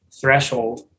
threshold